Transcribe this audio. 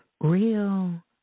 Real